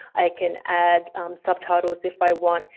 i can add subtitles if i want,